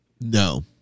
No